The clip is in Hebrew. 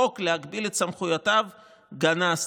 חוק להגדיל את סמכויותיו גנזתי.